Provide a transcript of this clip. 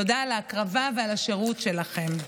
תודה על ההקרבה ועל השירות שלכם.